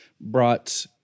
brought